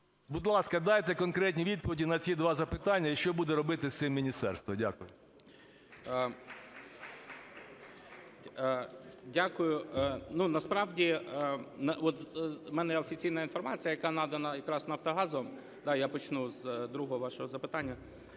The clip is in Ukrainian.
Будь ласка, дайте конкретні відповіді на ці два запитання, і що буде робити з цим міністерство. Дякую. 10:31:11 ГАЛУЩЕНКО Г.В. Дякую. Насправді от в мене офіційна інформація, яка надана якраз Нафтогазом - я почну з другого вашого запитання,